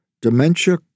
Dementia